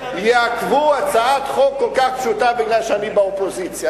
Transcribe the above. יעכבו הצעת חוק כל כך פשוטה מפני שאני באופוזיציה,